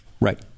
Right